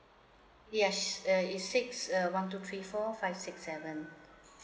yes that is six uh one two three four five six seven